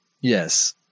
Yes